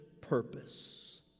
purpose